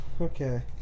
okay